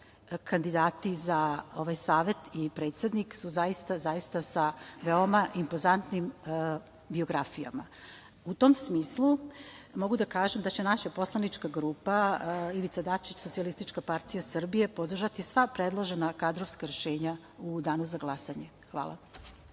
kandidati za ovaj savet i predsednik su zaista sa veoma impozantnim biografijama.U tom smislu, mogu da kažem da će naša poslanička grupa Ivica Dačić – SPS podržati sva predložena kadrovska rešenja u danu za glasanje. Hvala.